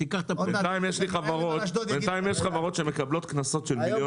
בינתיים יש חברות שמקבלות קנסות של מיליון